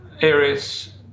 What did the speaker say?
areas